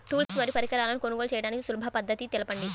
Tools మరియు పరికరాలను కొనుగోలు చేయడానికి సులభ పద్దతి తెలపండి?